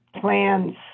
plans